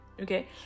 Okay